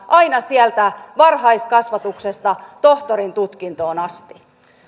aina sieltä varhaiskasvatuksesta tohtorintutkintoon asti